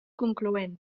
concloent